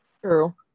True